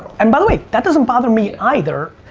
and by the way, that doesn't bother me either,